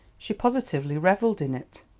she positively revelled in it.